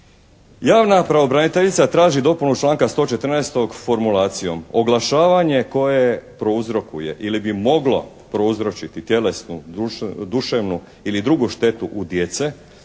Javna pravobraniteljica traži dopunu članka 114. formulacijom "Oglašavanje koje prouzrokuje ili bi moglo prouzročiti tjelesnu, duševnu ili drugu štetu u djece